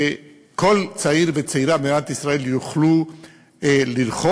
שכל צעיר וצעירה במדינת ישראל יוכלו לרכוש